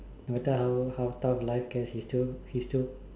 no matter how tough life can she still he still